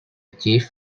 chief